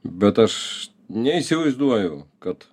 bet aš neįsivaizduoju kad